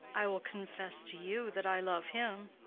i will confess to you that i love him.